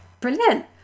Brilliant